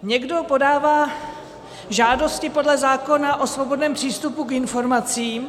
Někdo podává žádosti podle zákona o svobodném přístupu k informacím.